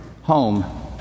home